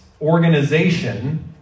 organization